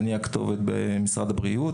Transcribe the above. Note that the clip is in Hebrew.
אני הכתובת במשרד הבריאות.